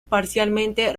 parcialmente